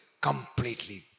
completely